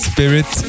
Spirit